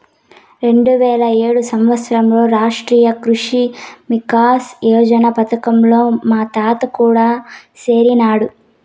రెండువేల ఏడు సంవత్సరంలో రాష్ట్రీయ కృషి వికాస్ యోజన పథకంలో మా తాత కూడా సేరినాడు